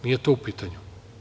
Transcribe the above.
Nije to u pitanju.